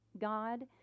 God